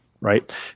Right